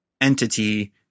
entity